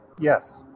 Yes